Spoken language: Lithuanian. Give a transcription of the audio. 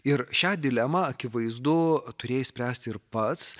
ir šią dilemą akivaizdu turėjai spręsti ir pats